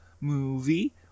movie